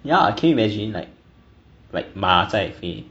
yeah can you imagine like like 马在飞